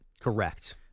Correct